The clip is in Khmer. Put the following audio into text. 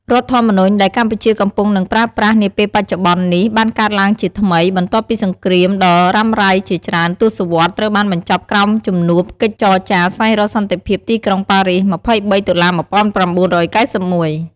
រដ្ឋធម្មនុញ្ញ ដែលកម្ពុជាកំពុងនិងប្រើប្រាស់នាពេលបច្ចុប្បន្ននេះ បានកើតឡើងជាថ្មី បន្ទាប់ពីសង្រ្គាមដ៏រ៉ាំរៃជាច្រើនទសវត្សរ៍ត្រូវបានបញ្ចប់ក្រោមជំនួបកិច្ចចរចាស្វែងរកសន្តិភាពទីក្រុងប៉ារីស ២៣ តុលា ១៩៩១។